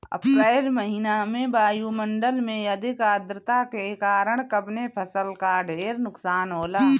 अप्रैल महिना में वायु मंडल में अधिक आद्रता के कारण कवने फसल क ढेर नुकसान होला?